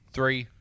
Three